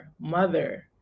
mother